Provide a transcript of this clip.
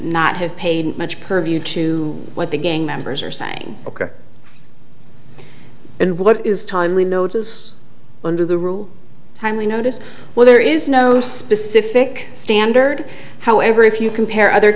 not have paid much purview to what the gang members are saying ok and what is timely notice under the rule timely notice when there is no specific standard however if you compare other